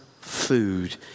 food